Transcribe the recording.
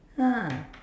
ah